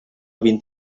vint